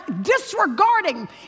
disregarding